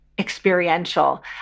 experiential